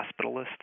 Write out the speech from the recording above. Hospitalist